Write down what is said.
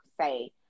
say